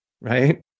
right